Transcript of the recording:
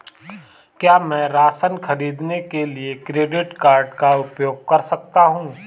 क्या मैं राशन खरीदने के लिए क्रेडिट कार्ड का उपयोग कर सकता हूँ?